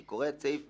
אני קורא את סעיף